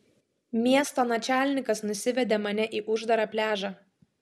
miesto načalnikas nusivedė mane į uždarą pliažą